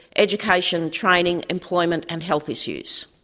education, training, employment, and health issues.